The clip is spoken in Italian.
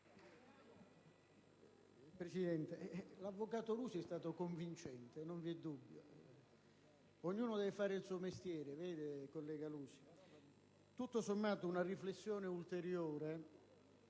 Presidente, l'avvocato Lusi è stato convincente. Non vi è alcun dubbio. Ognuno deve fare il suo mestiere. Collega Lusi, tutto sommato una riflessione ulteriore